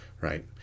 Right